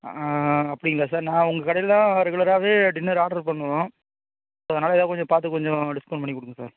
ஆ அப்படிங்களா சார் நான் உங்கள் கடையில் தான் ரெகுலராகவே டின்னர் ஆட்ரு பண்ணுவேன் ஸோ அதனால் ஏதாது கொஞ்சம் பார்த்து கொஞ்சம் டிஸ்கவுண்ட் பண்ணி கொடுங்க சார்